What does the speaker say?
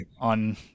on